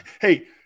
hey